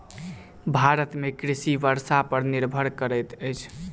भारत में कृषि वर्षा पर निर्भर करैत अछि